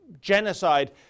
genocide